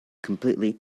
completely